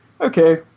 okay